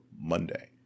Monday